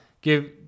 give